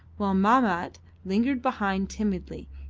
while mahmat lingered behind timidly,